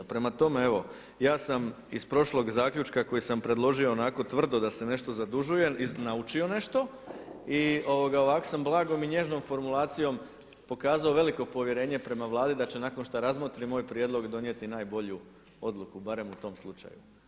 Prema tome evo ja sam iz prošlog zaključka koji sam predložio onako tvrdo da se nešto zadužuje naučio nešto i ovako sam blagom i nježnom formulacijom pokazao veliko povjerenje prema Vladi da će nakon što razmotri moj prijedlog donijeti najbolju odluku barem u tom slučaju.